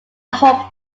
hub